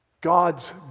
god's